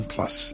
Plus